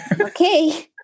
Okay